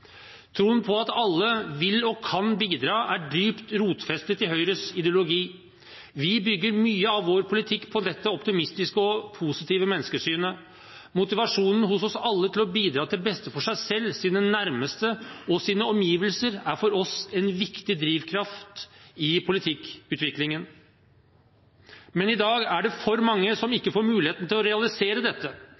Troen på at alle vil og kan bidra er dypt rotfestet i Høyres ideologi. Vi bygger mye av vår politikk på dette optimistiske og positive menneskesynet. Motivasjonen hos alle til å bidra til beste for seg selv, sine nærmeste og sine omgivelser er for oss en viktig drivkraft i politikkutviklingen. Men i dag er det for mange som ikke får muligheten til å realisere dette.